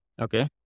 Okay